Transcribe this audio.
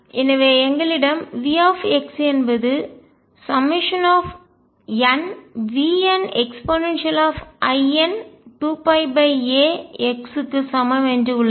எனவே எங்களிடம் V என்பது nVnein2πax க்கு சமம் என்று உள்ளது